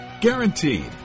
Guaranteed